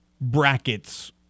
brackets